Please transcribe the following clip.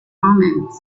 omens